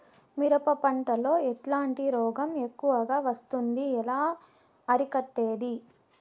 మిరప పంట లో ఎట్లాంటి రోగం ఎక్కువగా వస్తుంది? ఎలా అరికట్టేది?